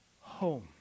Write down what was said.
home